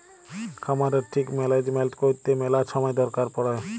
খামারের ঠিক ম্যালেজমেল্ট ক্যইরতে ম্যালা ছময় দরকার হ্যয়